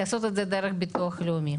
לעשות את זה דרך ביטוח לאומי.